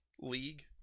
League